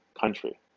country